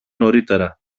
νωρίτερα